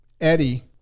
Eddie